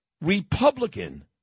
Republican